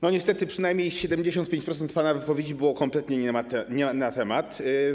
Niestety przynajmniej 75% pana wypowiedzi było kompletnie nie na temat.